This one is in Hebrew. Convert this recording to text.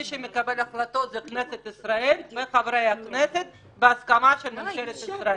מי שמקבל החלטות זה כנסת ישראל וחברי הכנסת בהסכמה של ממשלת ישראל.